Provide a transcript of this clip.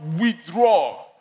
withdraw